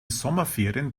sommerferien